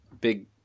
big